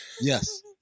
Yes